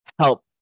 help